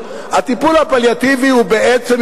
הטיפול הפליאטיבי הוא בעצם,